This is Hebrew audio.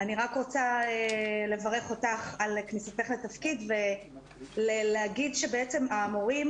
אני רק רוצה לברך אותך על כניסתך לתפקיד ולהגיד שהמורים